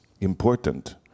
important